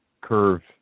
curve